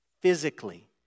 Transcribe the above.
physically